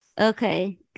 Okay